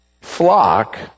flock